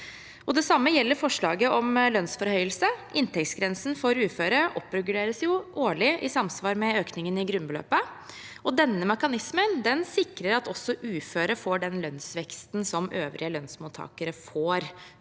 Det samme gjelder forslaget om lønnsforhøyelse. Inntektsgrensen for uføre oppreguleres årlig i samsvar med økningen i grunnbeløpet, og denne mekanismen sikrer at også uføre får den lønnsveksten som øvrige lønnsmottakere får,